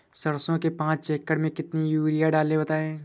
सरसो के पाँच एकड़ में कितनी यूरिया डालें बताएं?